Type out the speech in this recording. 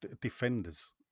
defenders